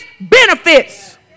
benefits